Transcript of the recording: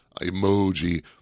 emoji